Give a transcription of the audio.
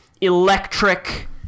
electric